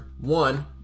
one